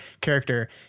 character